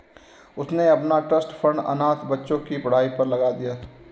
उसने अपना trust fund अनाथ बच्चों की पढ़ाई पर लगा दिया